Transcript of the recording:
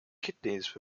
kidneys